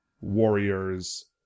warriors